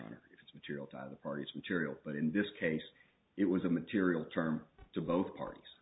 it's material to the parties material but in this case it was a material term to both parties